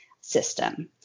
system